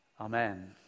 Amen